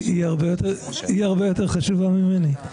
היא הרבה יותר חשובה ממני.